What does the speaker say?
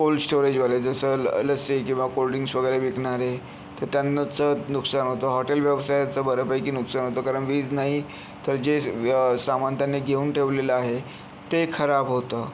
cold स्टोरेजवाले जसं ल लस्सी किंवा कोल्ड्रिंक्स वगैरे विकणारे त्यांचं नुकसान होतं व हॉटेल व्यवसायाचं बऱ्यापैकी नुकसान होतं कारण वीज नाही तर जे सामान त्यांनी घेऊन ठेवलेलं आहे ते खराब होतं